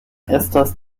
estas